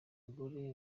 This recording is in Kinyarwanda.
bagore